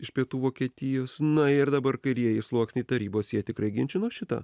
iš pietų vokietijos na ir dabar kairieji sluoksniai tarybos jie tikrai ginčino šitą